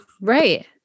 right